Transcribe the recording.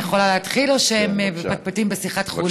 אני יכולה להתחיל או שהם מפטפטים בשיחת חולין?